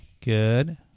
Good